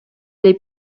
les